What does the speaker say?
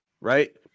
right